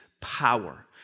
power